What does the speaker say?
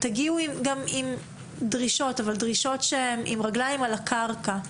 תגיעו עם דרישות שהן עם רגליים על הקרקע,